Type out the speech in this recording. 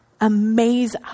amaze